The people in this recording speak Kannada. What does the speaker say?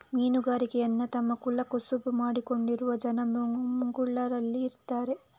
ಮೀನುಗಾರಿಕೆಯನ್ನ ತಮ್ಮ ಕುಲ ಕಸುಬು ಮಾಡಿಕೊಂಡಿರುವ ಜನ ಮಂಗ್ಳುರಲ್ಲಿ ಇದಾರೆ